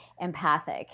empathic